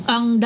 Ang